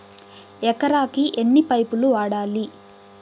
ఎకరాకి ఎన్ని పైపులు వాడాలి?